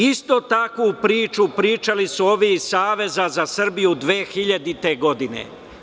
Istu takvu priču pričali su ovi iz Saveza za Srbiju 2000. godine.